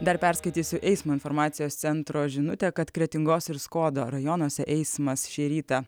dar perskaitysiu eismo informacijos centro žinutę kad kretingos ir skuodo rajonuose eismas šį rytą